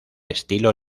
estilo